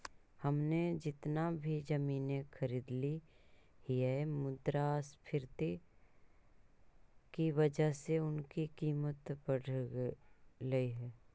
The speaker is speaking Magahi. हमने जितना भी जमीनें खरीदली हियै मुद्रास्फीति की वजह से उनकी कीमत बढ़लई हे